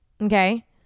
Okay